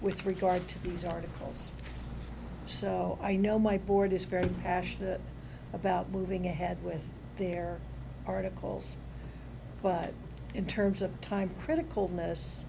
with regard to these articles so i know my board is very passionate about moving ahead with their articles but in terms of time critical